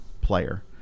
player